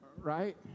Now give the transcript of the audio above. right